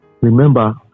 remember